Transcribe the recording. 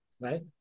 right